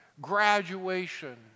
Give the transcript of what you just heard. graduation